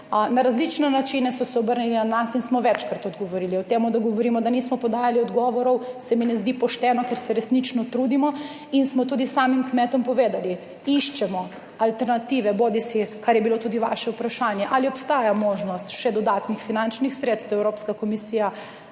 Na različne načine so se obrnili na nas in smo jim večkrat odgovorili. Da govorimo o tem, da nismo podali odgovorov, se mi ne zdi pošteno, ker se resnično trudimo in smo tudi samim kmetom povedali, da iščemo alternative, bodisi kar je bilo tudi vaše vprašanje, ali obstaja možnost še dodatnih finančnih sredstev, Evropska komisija